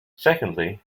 secondly